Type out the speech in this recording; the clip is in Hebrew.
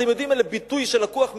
אתם יודעים, ביטוי שלקוח משם,